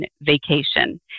vacation